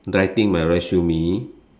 writing my resume